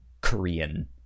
Korean